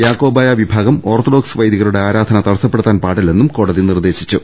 യാക്കോബായ വിഭാഗം ഓർത്തഡോക്സ് വൈദി കരുടെ ആരാധന തടസ്സപ്പെടുത്താൻ പാടില്ലെന്നും കോടതി നിർദ്ദേശിച്ചു